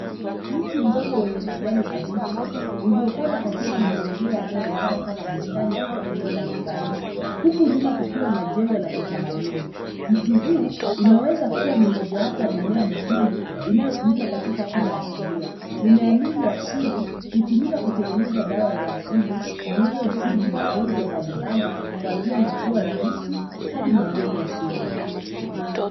Mti mdogo wenye majani mabichi uliopandwa katika mazingira yanayonekana kama bustani au eneo la nyumbani huku nyuma kukiwa na jengo la kitamaduni. Mti huu unaweza kuwa ni mojawapo wa mimea muhimu inayotumika katika tiba asilia. Mimea mingi ya asili hutumika kutengeneza dawa za asili zinazotibu magonjwa mbalimbali kuanzia mafua rahisi hadi magonjwa sugu.